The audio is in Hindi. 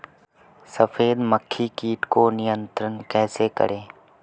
सफेद मक्खी कीट को नियंत्रण कैसे करें?